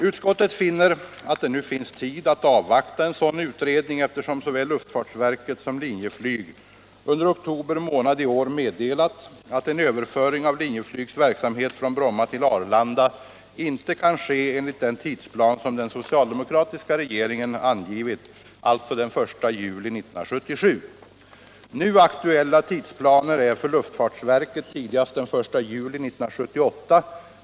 Utskottet finner att det nu finns tid att avvakta en sådan utredning, eftersom såväl luftfartsverket som Linjeflyg under oktober månad i år meddelat att en överföring av Linjeflygs verksamhet från Bromma till Arlanda inte kan ske enligt den tidsplan som den socialdemokratiska regeringen angivit, alltså den 1 juli 1977. Nu aktuella tidsplaner är för luftfartsverket tidigast den 1 juli 1978.